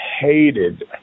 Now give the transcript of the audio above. hated